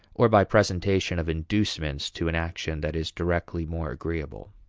or by presentation of inducements to an action that is directly more agreeable.